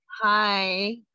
Hi